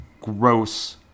gross